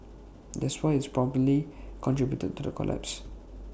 that's why IT probably contributed to the collapse